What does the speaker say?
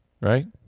right